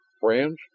Friends